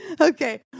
Okay